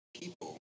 people